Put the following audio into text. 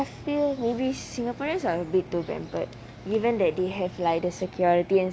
I feel maybe singaporeans are a bit too pampered given that they have like the security and